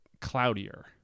cloudier